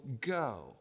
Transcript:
go